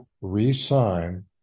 re-sign